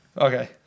Okay